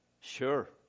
Sure